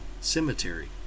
cemetery